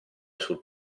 sul